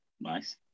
nice